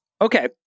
Okay